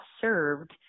served